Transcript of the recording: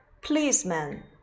policeman